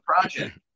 project